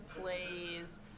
plays